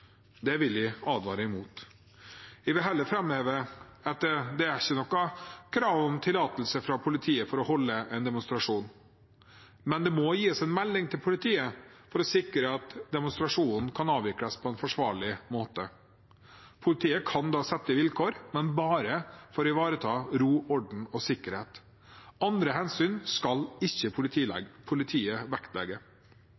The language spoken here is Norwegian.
Det vil jeg advare mot. Jeg vil heller framheve at det ikke er noe krav om tillatelse fra politiet for å holde en demonstrasjon. Men det må gis en melding til politiet for å sikre at demonstrasjonen kan avvikles på en forsvarlig måte. Politiet kan da sette vilkår, men bare for å ivareta ro, orden og sikkerhet. Andre hensyn skal ikke